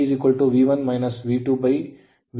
K V2 ಗೆ ಸಮನಾಗಿರುತ್ತದೆ